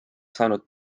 saanud